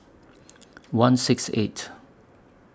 one six eight